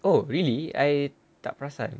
oh really I tak perasan